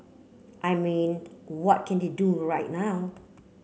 I mean what can they do right now